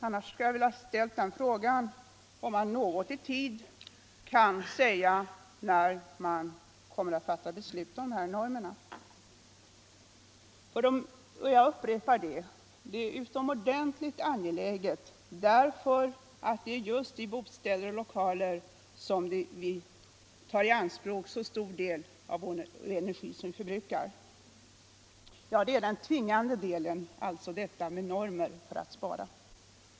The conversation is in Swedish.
Annars skulle jag ha velat ställa den frågan till honom om han någorlunda kan ange vid vilken tidpunkt regeringen kommer att fatta beslut om de här normerna. Det är utomordentligt angeläget att det sker snart — jag upprepar det — därför att vi just i bostäder och lokaler tar i anspråk en mycket stor del av den energi vi förbrukar. Detta är den tvingande delen —- normer för sparandet.